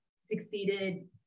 succeeded